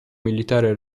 militare